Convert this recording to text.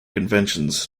conventions